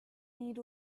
need